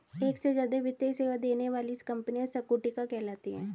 एक से ज्यादा वित्तीय सेवा देने वाली कंपनियां संगुटिका कहलाती हैं